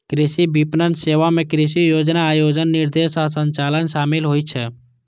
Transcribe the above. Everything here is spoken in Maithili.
कृषि विपणन सेवा मे कृषि योजना, आयोजन, निर्देशन आ संचालन शामिल होइ छै